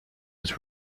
was